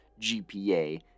GPA